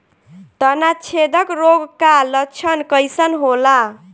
तना छेदक रोग का लक्षण कइसन होला?